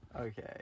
Okay